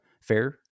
fair